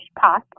pot